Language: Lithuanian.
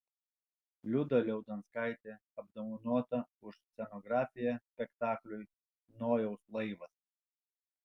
liuda liaudanskaitė apdovanota už scenografiją spektakliui nojaus laivas